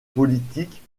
politiques